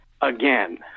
again